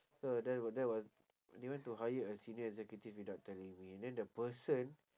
so that was that was they went to hire a senior executive without telling me and then the person